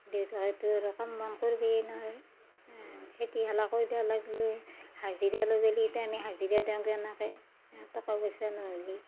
দেউতাকেতো আৰু কাম বন কৰিবই নোৱাৰে খেতি খোলা কৰিব লাগলেও হাজিৰা লগালে এতিয়া আমি হাজিৰা দিওঁ কেনেকে টকা পইচা নহ'লে